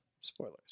Spoilers